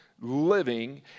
living